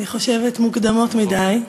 אני חושבת, מוקדמות מדי.